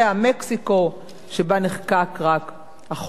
שבה נחקק החוק רק לאחרונה.